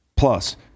Plus